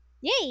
Yay